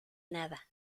nada